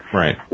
right